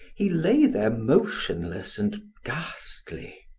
he lay there motionless and ghastly.